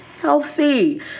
healthy